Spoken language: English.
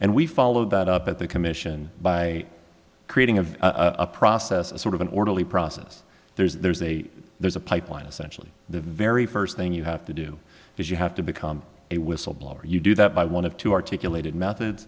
and we follow that up at the commission by creating of a process a sort of an orderly process there's a there's a pipeline essentially the very first thing you have to do is you have to become a whistleblower you do that by one of two articulated methods